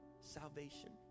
salvation